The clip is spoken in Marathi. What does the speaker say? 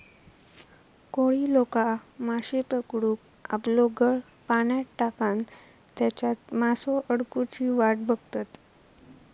कोळी लोका माश्ये पकडूक आपलो गळ पाण्यात टाकान तेच्यात मासो अडकुची वाट बघतत